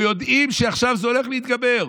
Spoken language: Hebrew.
ויודעים שעכשיו זה הולך ומתגבר,